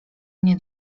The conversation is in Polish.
mnie